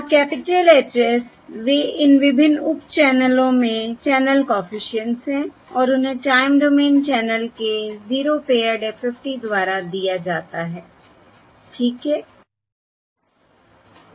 और capital H s वे इन विभिन्न उप चैनलों में चैनल कॉफिशिएंट्स हैं और उन्हें टाइम डोमेन चैनल के 0 पेअर्ड FFT द्वारा दिया जाता है ठीक है